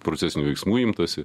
procesinių veiksmų imtasi